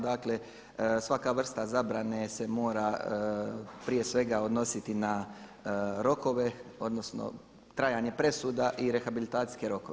Dakle svaka vrsta zabrane se mora prije svega odnositi na rokove odnosno trajanje presuda i rehabilitacijske rokove.